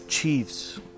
Chiefs